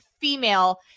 female